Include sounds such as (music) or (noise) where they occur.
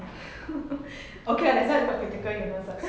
(laughs) okay ah that's why it's called critical illness ah (laughs)